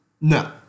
No